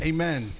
Amen